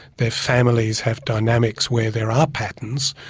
their families have dynamics where there are patterns,